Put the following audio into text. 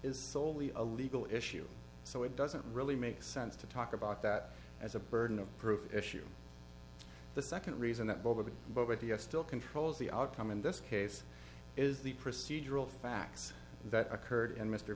is solely a legal issue so it doesn't really make sense to talk about that as a burden of proof issue the second reason that both of us still controls the outcome in this case is the procedural facts that occurred in mr